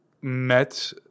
met